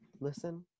listen